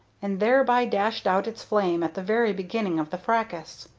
and thereby dashed out its flame at the very beginning of the fracas.